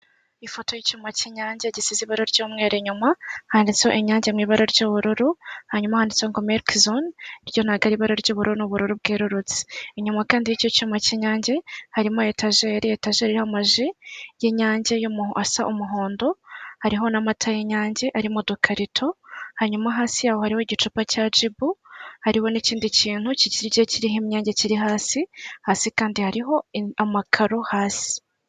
Ifoto y'icyuma cy'inyange gisize ibara ry'umweru inyuma handitseho inyange mu ibara ry'ubururu hanyuma handitse ngo miliki zone ryo ntabwo ari ibara ry'ubururu n'ubururu bwerurutse inyuma kandi icyo cyuma cy'inyange harimo etajeri, etajeli iriho amaji, y'inyange asa umuhondo hariho n'amata y'inyange arimo udukarito hanyuma hasi yaho hariho igicupa cya gibu, hariho n'ikindi kintu kigiye kiriho imyanda kiri hasi hasi kandi hariho amakaro hasi.